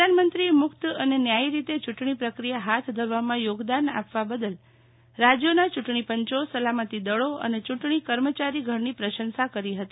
પ્રધાનમંત્રીએ મુક્ત અને ન્યાયી રીતે ચૂંટણી પ્રકિયા હાથ ધરવામાં યોગદાન આપવા બદલ રાજ્યોના ચૂંટણી પંચો સલામતી દળી અને ચૂંટણી કર્મચારીગણની પ્રસંસા કરી હતી